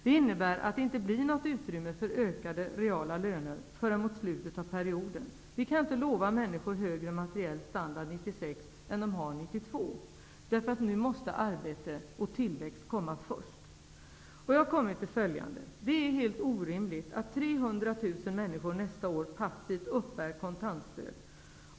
Det innebär att det inte blir något utrymme för ökade reala löner förrän mot slutet av perioden. Vi kan inte lova människor högre materiell standard 1996 än de har 1992. Nu måste arbete och tillväxt komma först. Jag har kommit fram till följande slutsats. Det är helt orimligt att 300 000 människor nästa år passivt uppbär kontantstöd.